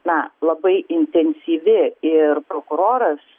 na labai intensyvi ir prokuroras